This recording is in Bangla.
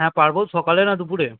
হ্যাঁ পারবো সকালে না দুপুরে